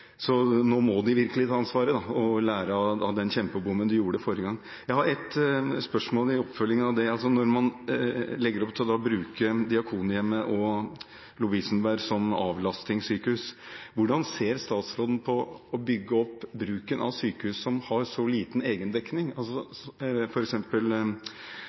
Nå må de virkelig ta ansvaret og lære av den kjempebommerten de gjorde forrige gang. Jeg har et spørsmål i oppfølgingen av det: Når man legger opp til å bruke Diakonhjemmet og Lovisenberg som avlastningssykehus, hvordan ser statsråden på å bygge opp bruken av sykehus som har så liten egendekning?